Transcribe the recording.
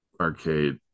Arcade